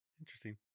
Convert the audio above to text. interesting